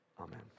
amen